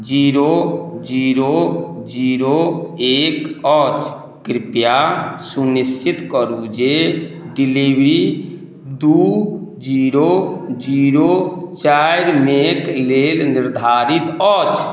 zero zero zero एक अछि कृपया सुनिश्चित करू जे डिलिवरी दुइ जीरो जीरो चारिमे लेल निर्धारित अछि